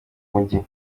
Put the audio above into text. umujyi